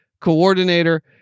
coordinator